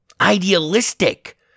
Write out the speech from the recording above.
idealistic